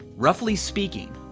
roughly speaking,